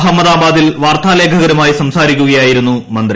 അഹമ്മദാബാദിൽ വാർത്താലേഖകരുമായി സംസാരിക്കുകയായിരുന്നു മന്ത്രി